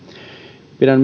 pidän